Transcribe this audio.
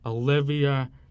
Olivia